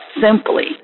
simply